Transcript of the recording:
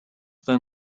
then